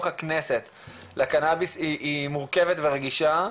בתוך הכנסת לקנאביס היא מורכבת ורגישה,